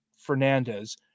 Fernandez